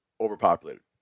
overpopulated